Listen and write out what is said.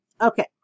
Okay